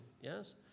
yes